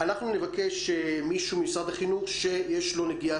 נבקש דרך הוועדה שמישהו ממשרד החינוך שיש לו נגיעה